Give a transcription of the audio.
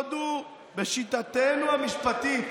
יסוד הוא בשיטתנו המשפטית